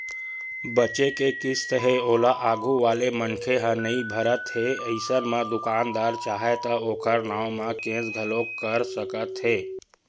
बचें के किस्त हे ओला आघू वाले मनखे ह नइ भरत हे अइसन म दुकानदार चाहय त ओखर नांव म केस घलोक कर सकत हे